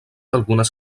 algunes